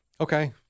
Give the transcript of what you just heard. Okay